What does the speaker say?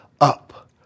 up